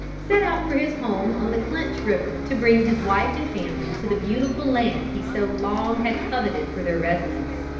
set out for his home on the clinch river to bring his wife and family to the beautiful land he so long had coveted for their residence.